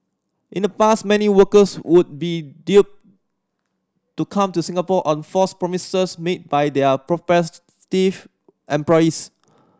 in the past many workers would be duped to come to Singapore on false promises made by their prospective employees